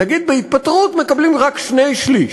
נגיד שבהתפטרות מקבלים רק שני-שלישים,